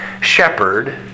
shepherd